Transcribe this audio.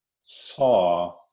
saw